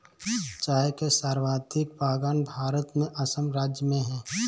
चाय के सर्वाधिक बगान भारत में असम राज्य में है